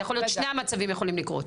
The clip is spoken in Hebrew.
שני המצבים יכולים לקרות.